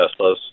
teslas